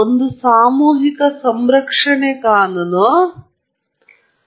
ಒಂದು ಸಾಮೂಹಿಕ ಸಂರಕ್ಷಣೆ ಕಾನೂನು ಮತ್ತು ಎರಡು ನಾವು ಈಗ ಒಂದು ಅಭಿವೃದ್ಧಿಪಡಿಸಿದ ಸ್ಥಿರವಾದ ಸ್ಥಿತಿಯ ಮಾದರಿ